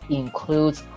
includes